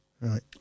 right